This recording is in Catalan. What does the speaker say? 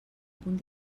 punt